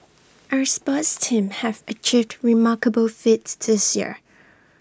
our sports teams have achieved remarkable feats this year